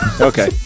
Okay